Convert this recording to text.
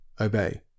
Obey